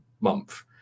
month